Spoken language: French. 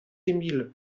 emil